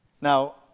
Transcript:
Now